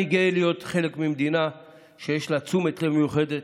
אני גאה להיות חלק ממדינה שיש לה תשומת לב מיוחדת